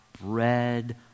bread